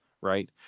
right